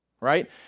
right